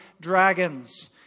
dragons